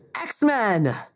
X-Men